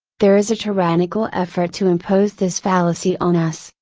there is a tyrannical effort to impose this fallacy on us,